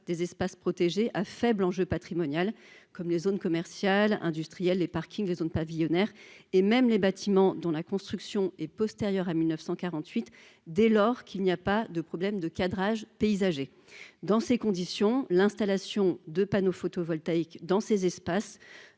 des espaces protégés à faible enjeu patrimonial comme les zones commerciales, industrielles, les parkings des zones pavillonnaires et même les bâtiments dont la construction est postérieure à 1948 dès lors qu'il n'y a pas de problème de cadrage paysager dans ces conditions, l'installation de panneaux photovoltaïques dans ces espaces